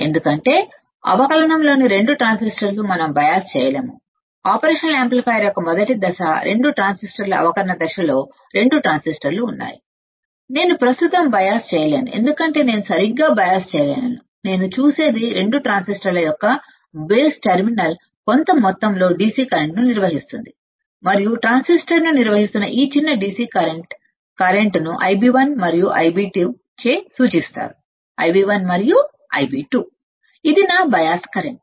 ఎందుకంటే అవకలనంలోని రెండు ట్రాన్సిస్టర్ను మనం బయాస్ చేయలేము ఆపరేషన్ యాంప్లిఫైయర్ యొక్క మొదటి దశ అవకలన దశలో రెండు ట్రాన్సిస్టర్లు ఉన్నాయి నేను ప్రస్తుతం బయాస్ చేయలేను ఎందుకంటే నేను సరిగ్గా బయాస్ చేయలేను నేను చూసేది రెండు ట్రాన్సిస్టర్ల యొక్క బేస్ టెర్మినల్ కొంత మొత్తంలో DC కరెంట్ను నిర్వహిస్తుంది మరియు ట్రాన్సిస్టర్ను నిర్వహిస్తున్న ఈ చిన్న DC కరెంట్ను Ib1 మరియు Ib2 చే సూచిస్తారు Ib1 మరియు Ib2 ఇది నా బయాస్ కరెంట్